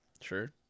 sure